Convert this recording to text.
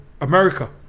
America